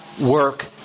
work